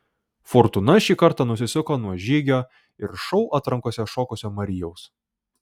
fortūna šį kartą nusisuko nuo žygio ir šou atrankose šokusio marijaus